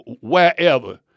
wherever